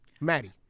Maddie